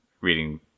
reading